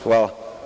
Hvala.